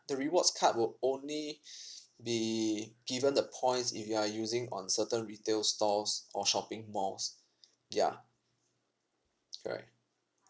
the rewards card will only be given the points if you are using on certain retail stores or shopping malls yeah correct